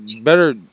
better